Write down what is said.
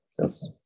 Yes